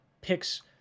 picks